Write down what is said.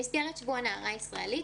במסגרת שבוע הנערה הישראלית